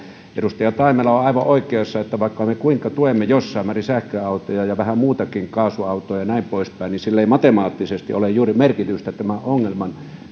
edustaja taimela on on aivan oikeassa että vaikka me kuinka tuemme jossain määrin sähköautoja ja vähän muutakin kaasuautoja ja näin poispäin niin sillä ei matemaattisesti ole juuri merkitystä tämän ongelman